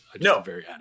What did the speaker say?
No